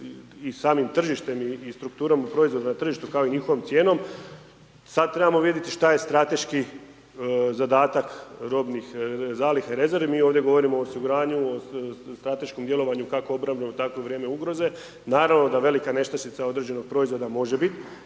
i samim tržištem i strukturom proizvoda na tržištu, kao i njihovom cijenom, sad trebamo vidjeti što je strateški zadatak robnih zaliha i rezervi. Mi ovdje govorimo o osiguranju, o strateškom djelovanju, kako obrambenom, tako i u vrijeme ugroze. Naravno da velika nestašica određenog proizvoda može biti